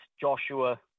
Joshua